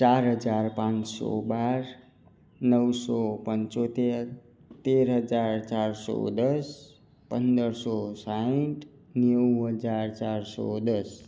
ચાર હજાર પાંચસો બાર નવસો પંચોતેર તેર હજાર ચારસો દસ પંદર સો સાઠ નેવું હજાર ચારસો દસ